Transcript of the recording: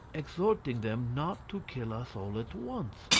exhorting them not to kill us all at once.